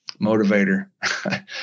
motivator